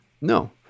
no